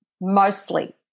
mostly